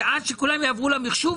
שעד שכולם יעברו למחשוב,